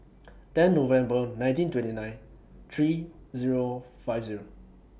ten November nineteen twenty nine three Zero five Zero